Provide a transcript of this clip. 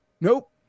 nope